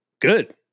good